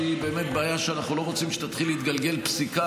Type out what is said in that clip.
שהיא באמת בעיה שאנחנו לא רוצים שתתחיל להתגלגל פסיקה